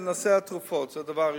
נושא התרופות זה הדבר הראשון.